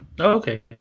Okay